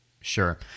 Sure